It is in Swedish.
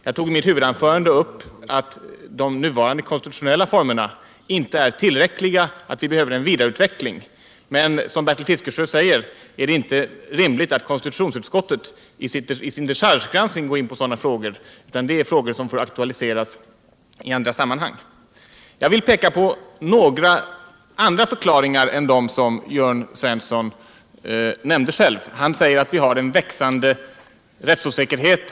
Jag tog i mitt huvudanförande upp att de nuvarande konstitutionella formerna inte är tillräckliga, utan att vi behöver en vidareutveckling. Men som Bertil Fiskesjö säger är det inte rimligt att konstitutionsutskottet i sin dechargegranskning går in på sådana frågor, utan de får aktualiseras i andra sammanhang. Jag vill peka på några andra förklaringar än dem Jörn Svensson nämnde. Han säger att vi har en växande rättsosäkerhet.